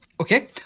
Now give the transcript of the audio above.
Okay